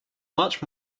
much